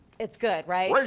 it's good, right?